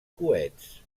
coets